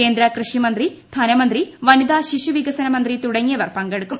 കേന്ദ്ര കൃഷിമന്ത്രി ധനമന്ത്രി വനിതാ ശിശു വികസന മന്ത്രി തുടങ്ങിയവർപങ്കെടുക്കും